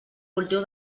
cultiu